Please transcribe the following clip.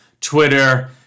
Twitter